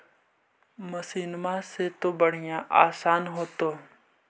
मसिनमा से तो बढ़िया आसन हो होतो?